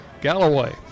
Galloway